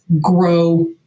grow